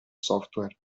software